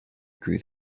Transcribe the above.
agree